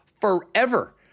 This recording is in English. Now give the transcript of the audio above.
forever